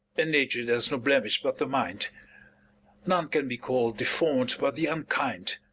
in nature there s no blemish but the mind none can be call'd deform'd but the unkind.